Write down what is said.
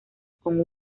con